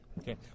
okay